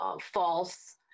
false